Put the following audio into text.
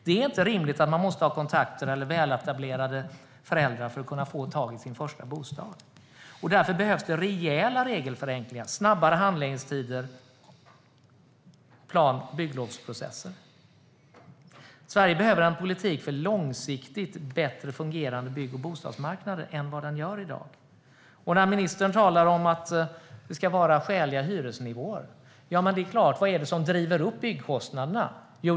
Det är inte rimligt att man måste ha kontakter eller väletablerade föräldrar för att kunna få tag i en första bostad, och därför behövs det rejäla regelförenklingar och snabbare handläggningstider och plan och bygglovsprocesser. Sverige behöver en politik för en långsiktigt bättre fungerande bygg och bostadsmarknader än vad vi har i dag. Ministern talar om att det ska vara skäliga hyresnivåer, men vad är det som driver upp byggkostnaderna?